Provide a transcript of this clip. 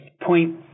point